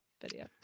video